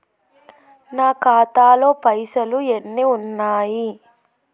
నా ఖాతాలో పైసలు ఎన్ని ఉన్నాయి?